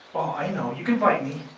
i know, you can bite me,